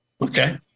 Okay